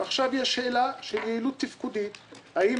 עכשיו יש שאלה של יעילות תפקודית האם